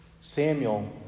Samuel